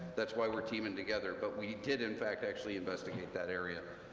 that's why we're teaming together, but we did, in fact, actually investigate that area,